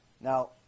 Now